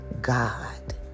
God